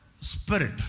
spirit